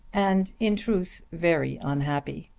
and in truth very unhappy.